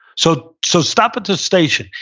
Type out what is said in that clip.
so so stop at the station.